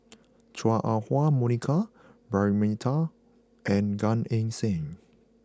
Chua Ah Huwa Monica Braema Mathi and Gan Eng Seng